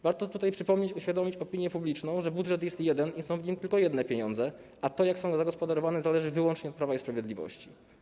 Warto przypomnieć, uświadomić opinię publiczną, że budżet jest jeden i są w nim tylko jedne pieniądze, a to, jak są zagospodarowane, zależy wyłącznie od Prawa i Sprawiedliwości.